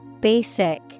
Basic